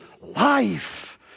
life